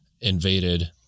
invaded